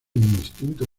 instinto